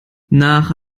nach